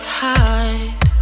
hide